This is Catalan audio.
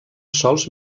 sols